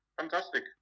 fantastic